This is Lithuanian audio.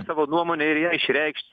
savo nuomonę ir ją išreikšt